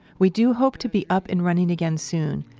we do hope to be up and running again soon,